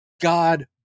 God